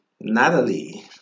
Natalie